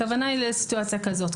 הכוונה היא לסיטואציה כזאת,